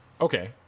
Okay